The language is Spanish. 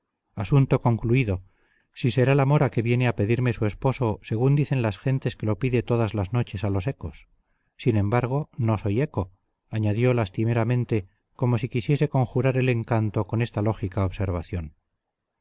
asunto concluido si será la mora que viene a pedirme su esposo según dicen las gentes que lo pide todas las noches a los ecos sin embargo no soy eco añadió lastimeramente como si quisiese conjurar el encanto con esta lógica observación